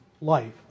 life